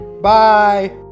Bye